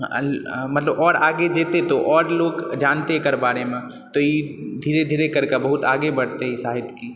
मतलब आओर आगे जेतै तऽ आओर लोक जानतै एकर बारेमे तऽ ई धीरे धीरे करके बहुत आगे बढ़ितै ई सहित्यिकी